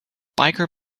biker